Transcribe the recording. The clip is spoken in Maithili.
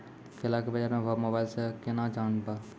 केला के बाजार भाव मोबाइल से के ना जान ब?